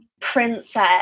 princess